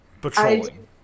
patrolling